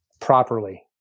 properly